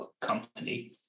company